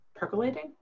Percolating